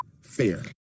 fair